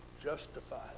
justified